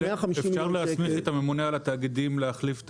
אפשר להסמיך את הממונה על התאגידים להחליף את